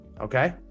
Okay